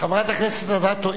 חברת הכנסת אדטו,